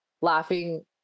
laughing